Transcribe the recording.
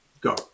go